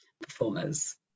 performers